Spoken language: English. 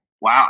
Wow